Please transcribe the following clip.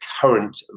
current